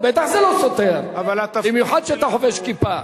בטח זה לא סותר, במיוחד שאתה חובש כיפה.